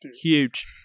huge